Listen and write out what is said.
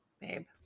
babe